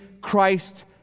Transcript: Christ